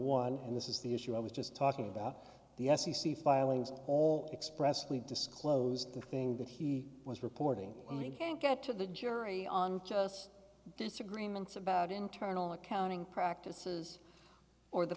one and this is the issue i was just talking about the f c c filings all expressly disclosed the thing that he was reporting i mean can't get to the jury on just disagreements about internal accounting practices or the